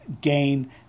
gain